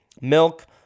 milk